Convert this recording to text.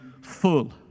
full